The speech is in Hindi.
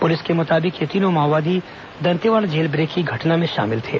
पुलिस के मुताबिक ये तीनों माओवादी दंतेवाड़ा जेल ब्रेक की घटना में शामिल थे